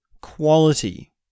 quality